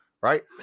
right